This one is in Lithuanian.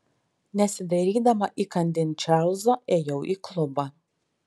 nesidairydama įkandin čarlzo ėjau į klubą